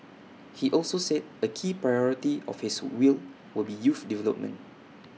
he also said A key priority of his will will be youth development